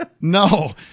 No